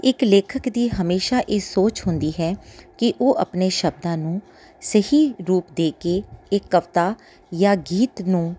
ਇੱਕ ਲੇਖਕ ਦੀ ਹਮੇਸ਼ਾ ਇਹ ਸੋਚ ਹੁੰਦੀ ਹੈ ਕਿ ਉਹ ਆਪਣੇ ਸ਼ਬਦਾਂ ਨੂੰ ਸਹੀ ਰੂਪ ਦੇ ਕੇ ਇੱਕ ਕਵਿਤਾ ਜਾਂ ਗੀਤ ਨੂੰ